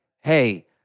hey